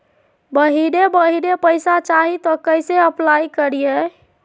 महीने महीने पैसा चाही, तो कैसे अप्लाई करिए?